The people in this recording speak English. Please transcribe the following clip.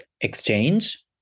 exchange